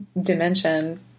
Dimension